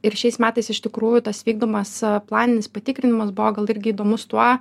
ir šiais metais iš tikrųjų tas vykdomas planinis patikrinimas buvo gal irgi įdomus tuo